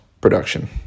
production